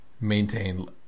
maintain